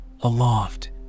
Aloft